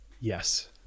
Yes